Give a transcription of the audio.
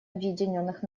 объединенных